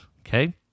Okay